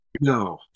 No